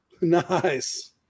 Nice